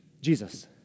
Jesus